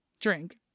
drink